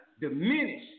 diminish